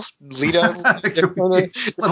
Lita